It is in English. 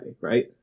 right